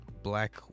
black